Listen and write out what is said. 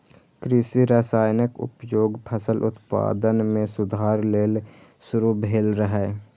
कृषि रसायनक उपयोग फसल उत्पादन मे सुधार लेल शुरू भेल रहै